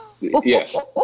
yes